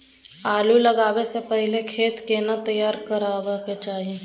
आलू लगाबै स पहिले खेत केना तैयार करबा के चाहय?